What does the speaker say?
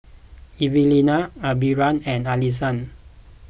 Evelina Amberly and Alison